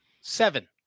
seven